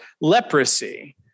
leprosy